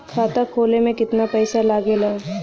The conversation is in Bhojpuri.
खाता खोले में कितना पैसा लगेला?